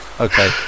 Okay